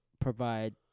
provide